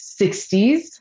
60s